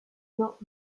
not